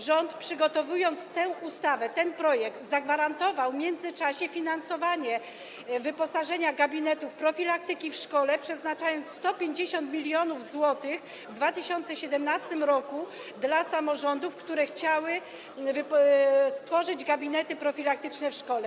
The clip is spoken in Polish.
Rząd, przygotowując tę ustawę, ten projekt, zagwarantował w międzyczasie finansowanie wyposażenia gabinetów profilaktyki w szkole, przeznaczając 150 mln zł w 2017 r. dla samorządów, które chciały stworzyć gabinety profilaktyczne w szkołach.